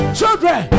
children